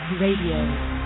Radio